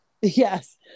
yes